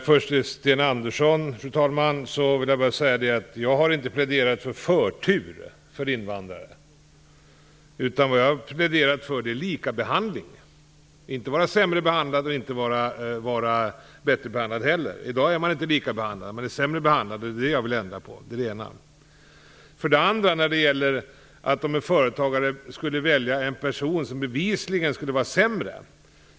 Fru talman! Först vill jag bara säga till Sten Andersson att jag inte har pläderat för förtur för invandrare. Vad jag har pläderat för är likabehandling - att invandrare inte skall behandlas sämre och inte heller bättre. I dag är invandrarna inte likabehandlade - de är sämre behandlade, och det är det jag vill ändra på. Sten Andersson sade att en företagare inte skulle välja en person som bevisligen är sämre.